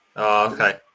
Okay